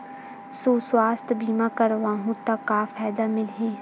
सुवास्थ बीमा करवाहू त का फ़ायदा मिलही?